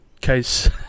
case